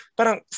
Parang